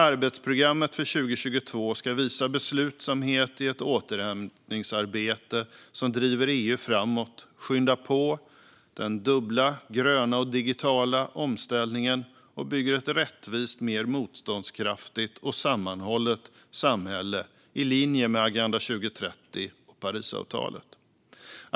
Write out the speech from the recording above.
Arbetsprogrammet för 2022 ska visa beslutsamhet i ett återhämtningsarbete som driver EU framåt, skyndar på den dubbla gröna och digitala omställningen och bygger ett rättvist, mer motståndskraftigt och sammanhållet samhälle i linje med Agenda 2030 och Parisavtalet.